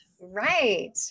Right